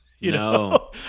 No